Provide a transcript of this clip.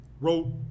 wrote